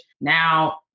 now